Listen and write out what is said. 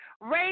Raise